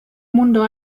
mundo